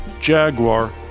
Jaguar